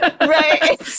right